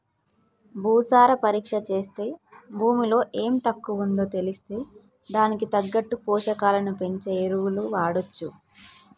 భూసార పరీక్ష చేస్తే భూమిలో ఎం తక్కువుందో తెలిస్తే దానికి తగ్గట్టు పోషకాలను పెంచే ఎరువులు వాడొచ్చు